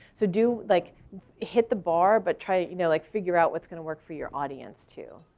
so do like hit the bar, but try to you know like figure out what's gonna work for your audience too.